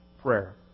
prayer